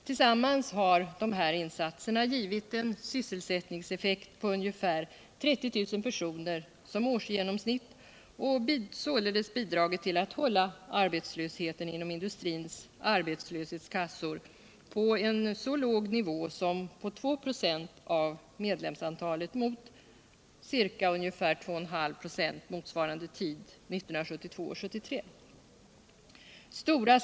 Tillsammans har dessa insatser givit en sysselsättningseffekt på ungefär 30 000 personer som årsgenomsnitt och således bidragit till att hålla arbetslösheten inom industrins arbetslöshetskassor på en så låg nivå som 2”, av medlemsantalet mot ca 2,5 ". vid motsvarande tid 1972 och 1973.